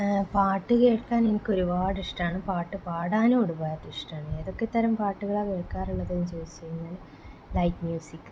പാട്ട് കേൾക്കാൻ എനിക്ക് ഒരുപാട് ഇഷ്ടമാണ് പാട്ട് പാടാനും ഒരുപാട് ഇഷ്ടമാണ് ഏതൊക്കെ തരം പാട്ടുകളാണ് കേൾക്കാറുള്ളതെന്ന് ചോദിച്ചു കഴിഞ്ഞാൽ ലൈറ്റ് മ്യൂസിക്